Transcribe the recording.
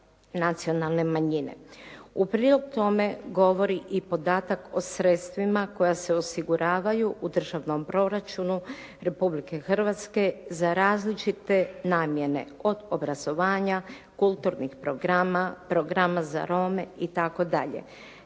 nacionalne manjine. U prilog tome govori i podatak o sredstvima koja se osiguravaju u državnom proračunu Republike Hrvatske za različite namjere, od obrazovanja, kulturnih programa, programa za Rome itd..